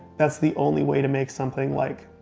that's the only way to make something like